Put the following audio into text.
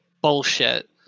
Bullshit